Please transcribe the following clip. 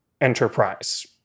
enterprise